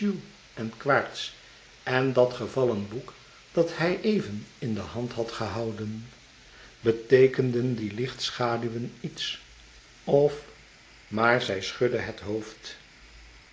en quaerts en dat gevallen boek dat hij even in de hand had gehouden beteekenden die lichtschaduwen iets of maar zij schudde het hoofd